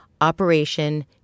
Operation